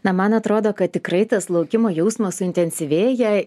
na man atrodo kad tikrai tas laukimo jausmas suintensyvėja